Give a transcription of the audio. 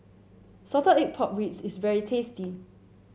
Salted Egg Pork Ribs is very tasty